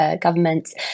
government's